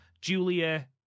Julia